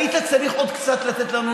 היית צריך עוד קצת לתת לנו